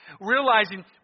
realizing